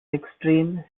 extreme